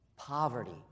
poverty